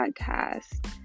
podcast